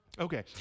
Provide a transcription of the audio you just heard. okay